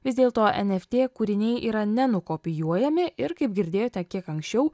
vis dėlto eft kūriniai yra nenukopijuojami ir kaip girdėjote kiek anksčiau